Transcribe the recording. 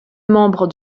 membre